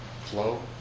flow